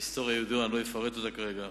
ההיסטוריה ידועה, אני לא אפרט אותה כרגע.